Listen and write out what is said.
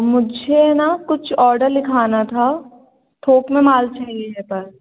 मुझे ना कुछ ऑर्डर लिखवाना था थोक में माल चाहिए था